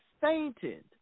fainted